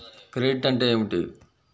Credit అంటే ఏమిటి?